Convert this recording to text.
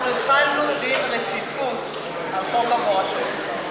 אנחנו החלנו דין רציפות על חוק המורשות.